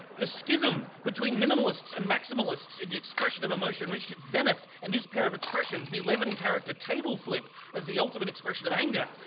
the schism between minimalists and maximalists in the expression of emotion reached its zenith in this pair of expressions, the eleven character table flip, as the ultimate expression of anger,